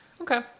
Okay